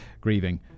grieving